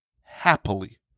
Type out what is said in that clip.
happily